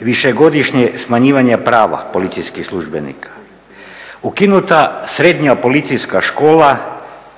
Višegodišnje smanjivanje prava policijskih službenika, ukinuta srednja policijska škola,